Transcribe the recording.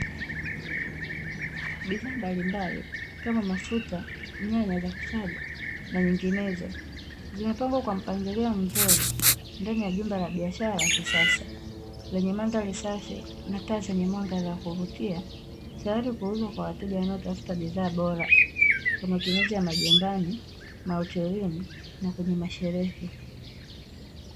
Bidhaa mbalimbali kama mafuta, nyanya za kusaga, na nyinginezo; zimepangwa kwa mpangilio mzuri ndani ya jumba la biashara la kisasa lenye mandhari safi, na taa zenye mwanga za kuvutia, tayari kuuzwa kwa wateja wanaotafuta bidhaa bora kwa matumizi ya majumbani, mahotelini, na kwenye masherehe.